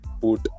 put